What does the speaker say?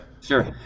Sure